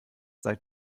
seit